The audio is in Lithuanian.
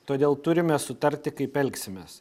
todėl turime sutarti kaip elgsimės